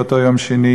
באותו יום שני,